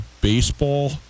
baseball